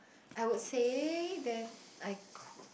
I would say then I c~